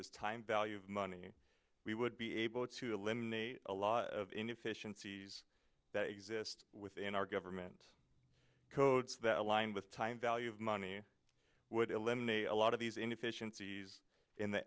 as time value of money we would be able to eliminate a lot of inefficiencies that exist within our government codes that align with time value of money would eliminate a lot of these inefficiencies in the